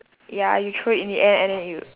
ya you throw it in the air and then you